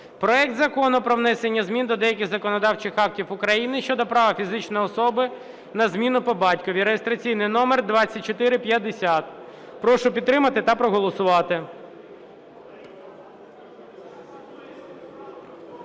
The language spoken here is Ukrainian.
проект Закону про внесення змін до деяких законодавчих актів України щодо права фізичної особи на зміну по батькові (реєстраційний номер 2450). Прошу підтримати та проголосувати.